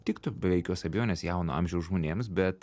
tiktų be jokios abejonės jauno amžiaus žmonėms bet